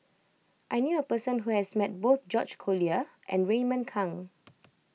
I knew a person who has met both George Collyer and Raymond Kang